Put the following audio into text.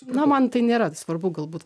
na man tai nėra svarbu galbūt